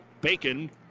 Bacon